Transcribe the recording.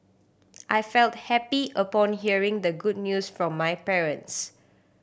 I felt happy upon hearing the good news from my parents